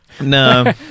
No